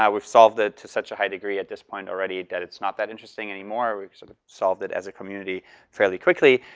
we've solved it to such a high degree at this point already that it's not that interesting anymore. we've sort of solved it as a community fairly quickly.